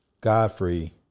Godfrey